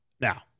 Now